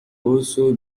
also